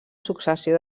successió